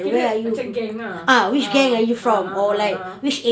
kira macam gang ah ah ah ah ah